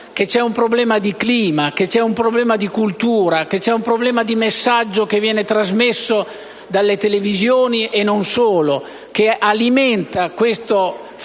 di mentalità, di clima, di cultura, di messaggio che viene trasmesso dalle televisioni e non solo e che alimenta questo fenomeno